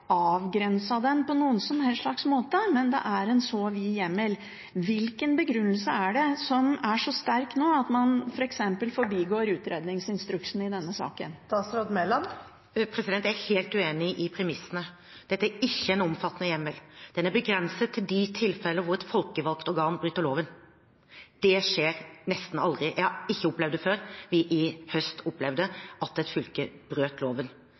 den på noen som helst slags måte? Det er en vid hjemmel. Hvilken begrunnelse er det som er så sterk nå at man f.eks. forbigår utredningsinstruksen i denne saken? Jeg er helt uenig i premissene. Dette er ikke en omfattende hjemmel. Den er begrenset til de tilfeller der et folkevalgt organ bryter loven. Det skjer nesten aldri. Jeg har ikke opplevd det før vi i høst opplevde at et fylke brøt loven,